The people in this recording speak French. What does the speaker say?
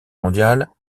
mondiale